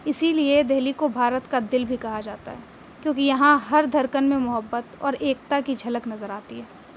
اسی لیے دلی کو بھارت کا دل بھی کہا جاتا ہے کیونکہ یہاں ہر دھڑکن میں محبت اور ایکتا کی جھلک نظر آتی ہے